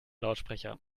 lautsprecher